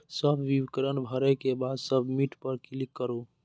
सब विवरण भरै के बाद सबमिट पर क्लिक करू